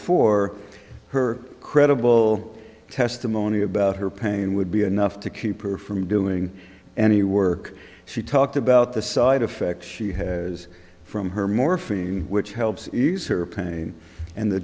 for her credible testimony about her pain would be enough to keep her from doing any work she talked about the side effect she has from her morphine which helps ease her pain and the